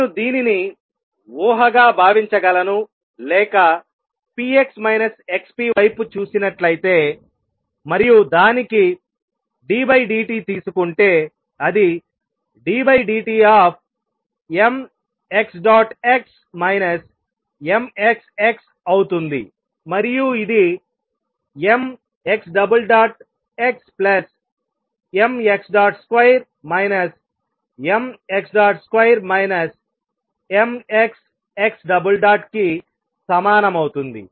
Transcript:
నేను దీనిని ఊహగా భావించగలను లేక p x x p వైపు చూసినట్లయితే మరియు దానికి d dt తీసుకుంటే అది ddtఅవుతుంది మరియు ఇది mxxmx2 mx2 mxx కి సమానమవుతుంది